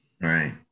Right